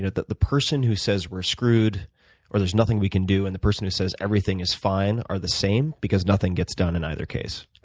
yeah the the person who says we're screwed or there's nothing we can do and the person who says, everything is fine are the same because nothing gets done in either case.